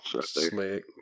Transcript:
slick